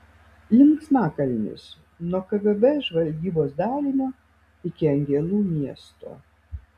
linksmakalnis nuo kgb žvalgybos dalinio iki angelų miesto